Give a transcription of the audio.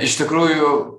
iš tikrųjų